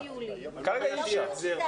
כרגע אי אפשר.